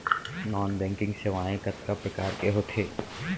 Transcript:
non banking सेवाएं कतका प्रकार के होथे